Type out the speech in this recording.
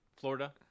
Florida